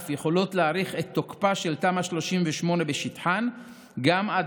אף יכולות להאריך את תוקפה של תמ"א 38 בשטחן גם עד